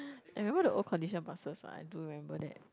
I remember the old condition of buses ah I do remember that